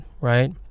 right